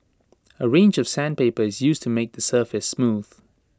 A range of sandpaper is used to make the surface smooth